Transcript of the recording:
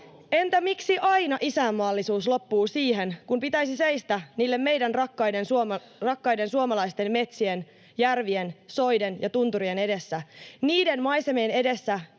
Entä miksi isänmaallisuus loppuu aina siihen, kun pitäisi seistä niiden meille rakkaiden suomalaisten metsien, järvien, soiden ja tuntureiden edessä, niiden maisemien edessä,